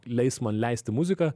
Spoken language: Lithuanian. leis man leisti muziką